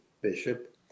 Bishop